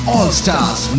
All-Stars